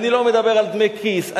אני לא מדבר על דמי כיס,